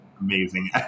amazing